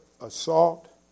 assault